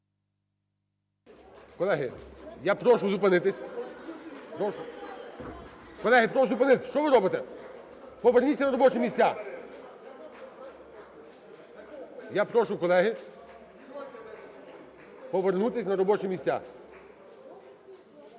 Колеги, я прошу зупинитись. (Шум у залі) Колеги, прошу зупинитись! Що ви робите? Поверніться на робочі місця! Я прошу, колеги, повернутись на робочі місця.